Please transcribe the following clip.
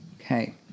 okay